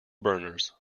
burners